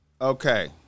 Okay